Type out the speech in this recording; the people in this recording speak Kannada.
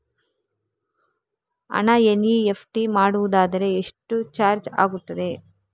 ಹಣ ಎನ್.ಇ.ಎಫ್.ಟಿ ಮಾಡುವುದಾದರೆ ಎಷ್ಟು ಚಾರ್ಜ್ ಆಗುತ್ತದೆ?